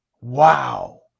Wow